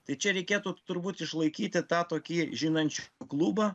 tai čia reikėtų turbūt išlaikyti tą tokį žinančių klubą